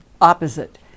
opposite